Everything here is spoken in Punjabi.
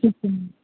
ਠੀਕ ਹੈ ਮੈਮ